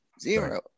zero